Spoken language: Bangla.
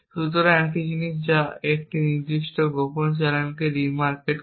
সুতরাং একটি জিনিস যা একটি নির্দিষ্ট গোপন চ্যানেলকে ডি মার্কেট করে